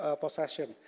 possession